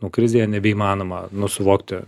nu krizėje nebeįmanoma nu suvokti